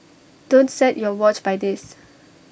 don't set your watch by this